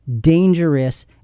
dangerous